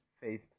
faith